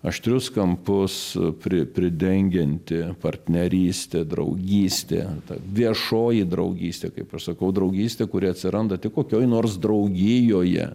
aštrius kampus pri pridengianti partnerystė draugystė viešoji draugystė kaip aš sakau draugystė kuri atsiranda tik kokioj nors draugijoje